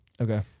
Okay